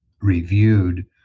reviewed